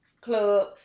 club